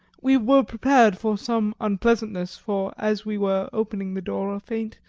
we were prepared for some unpleasantness, for as we were opening the door a faint,